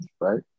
right